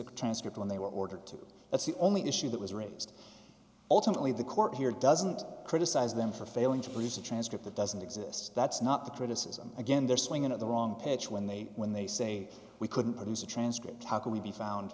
a transcript when they were ordered to that's the only issue that was raised ultimately the court here doesn't criticize them for failing to produce a transcript that doesn't exist that's not the criticism again they're swinging at the wrong pitch when they when they say we couldn't produce a transcript how can we be found